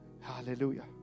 Hallelujah